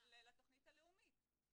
לתוכנית הלאומית